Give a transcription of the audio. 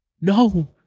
No